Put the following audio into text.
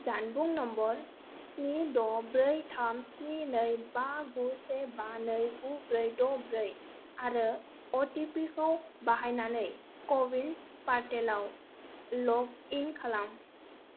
जानबुं नम्बर स्नि द' ब्रै थाम स्नि नै बा गु से बा नै गु ब्रै द' ब्रै आरो अटिपिखौ बाहायनानै क' विन पर्टेलाव लग इन खालाम